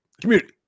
community